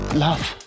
love